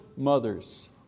mothers